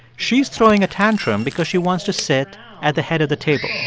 she's throwing a tantrum because she wants to sit at the head of the table